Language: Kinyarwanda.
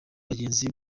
bagenzi